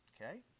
Okay